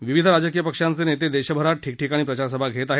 विविध राजकीय पक्षांचे नेते देशभरात ठिकठिकाणी प्रचारसभा घेत आहेत